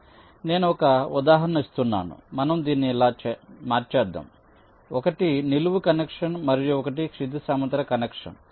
కాబట్టి నేను ఒక ఉదాహరణ ఇస్తున్నాను మనం దీన్ని ఇలా మార్చేద్దాం ఒకటి నిలువు కనెక్షన్ మరియు ఒక క్షితిజ సమాంతర కనెక్షన్